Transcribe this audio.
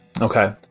Okay